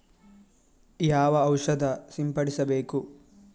ಯಾವ ಔಷಧ ಸಿಂಪಡಿಸಬೇಕು?